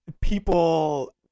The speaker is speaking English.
people